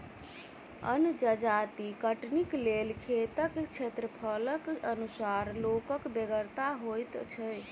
अन्न जजाति कटनीक लेल खेतक क्षेत्रफलक अनुसार लोकक बेगरता होइत छै